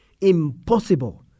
impossible